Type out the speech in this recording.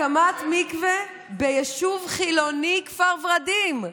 הקמת מקווה ביישוב חילוני כפר ורדים,